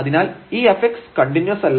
അതിനാൽ ഈ fx continuous അല്ല